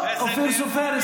חבר הכנסת אופיר כץ, אופיר סופר.